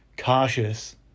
cautious